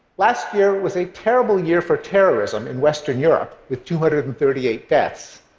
last year was a terrible year for terrorism in western europe, with two hundred and thirty eight deaths,